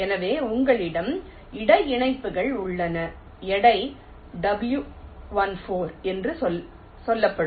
எனவே உங்களிடம் இடை இணைப்புகள் உள்ளன எடை w14 என்று சொல்லப்படும்